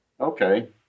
Okay